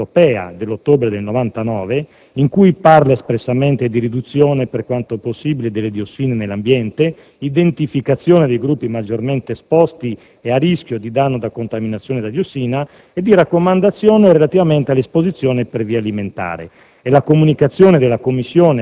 un rapporto della Commissione Europea dell'ottobre del 1999 in cui si parla espressamente di riduzione, per quanto possibile, delle diossine nell'ambiente, di identificazione dei gruppi maggiormente esposti e a rischio di danno da contaminazione da diossina e di raccomandazione relativamente all'esposizione per via alimentare.